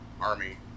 Army